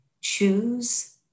Choose